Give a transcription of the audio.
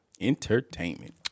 Entertainment